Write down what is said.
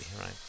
right